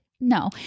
no